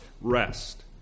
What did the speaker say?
rest